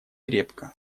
крепко